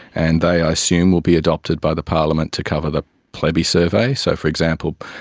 and they i assume will be adopted by the parliament to cover the plebi-survey. so, for example,